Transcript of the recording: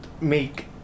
make